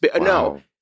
No